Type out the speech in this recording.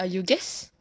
uh you guess